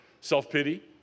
self-pity